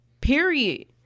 Period